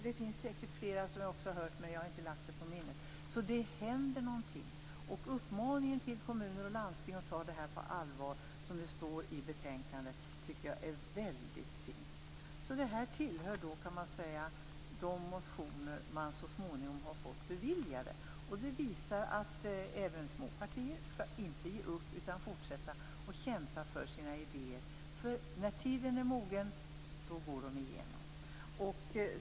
Det finns säkert flera, men jag har inte lagt dem på minnet. Det händer någonting. Uppmaningen till kommuner och landsting att ta den här frågan på allvar, som det står i betänkandet, tycker jag är väldigt fin. Detta är en av de motioner som så småningom har blivit tillgodosedd. Det visar att även små partier inte skall ge upp utan fortsätta att kämpa för sina idéer. När tiden är mogen går de igenom.